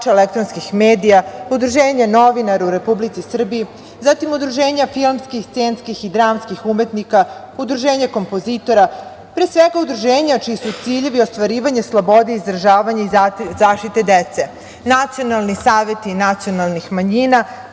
elektronskih medija, udruženja novinara u Republici Srbiji, zatim, udruženja filmskih, scenskih i dramskih umetnika, udruženja kompozitora, pre svega, udruženja čiji su ciljevi ostvarivanje slobode izražavanja i zaštite dece, nacionalni saveti nacionalnih manjina,